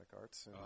Arts